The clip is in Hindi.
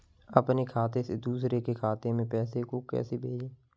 अपने खाते से दूसरे के खाते में पैसे को कैसे भेजे?